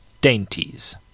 dainties